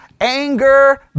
anger